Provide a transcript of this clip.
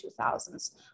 2000s